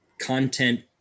content